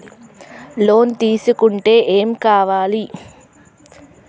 Loan తీసుకుంటే ఏం కావాలి?